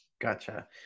gotcha